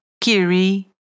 Kiri